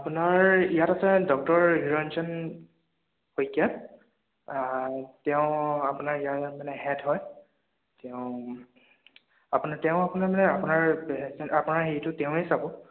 আপোনাৰ ইয়াত আছে ডক্টৰ নিৰঞ্জন শইকীয়া তেওঁ আপোনাৰ ইয়াৰে মানে হেড হয় তেওঁ আপোনাৰ তেওঁ আপোনাৰ মানে আপোনাৰ আপোনাৰ হেৰিটো তেওঁৱেই চাব